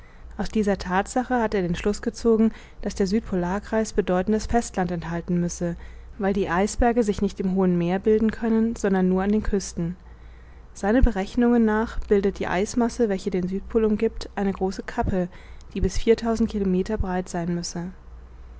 aus dieser thatsache hat er den schluß gezogen daß der südpolarkreis bedeutendes festland enthalten müsse weil die eisberge sich nicht im hohen meere bilden können sondern nur an den küsten seinen berechnungen nach bildet die eismasse welche den südpol umgiebt eine große kappe die bis viertausend kilometer breit sein müsse